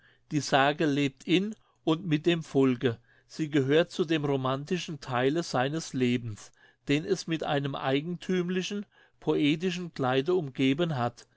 die sage lebt in und mit dem volke sie gehört zu dem romantischen theile seines lebens den es mit einem eigenthümlichen poetischen kleide umgeben hat